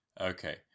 Okay